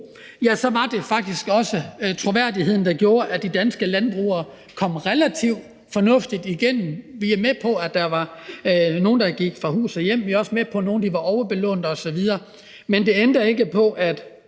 var det faktisk også troværdigheden, der gjorde, at de danske landbrugere kom relativt fornuftigt igennem. Vi er med på, at der var nogle, der gik fra hus og hjem, og vi er også med på, at nogle var overbelånte osv., men det ændrer ikke på, at